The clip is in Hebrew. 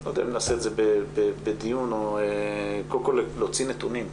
לא יודע אם נעשה את זה בדיון או קודם כל להוציא נתונים,